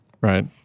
Right